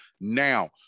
Now